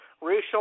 racial